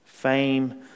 fame